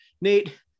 Nate